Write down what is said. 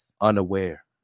unaware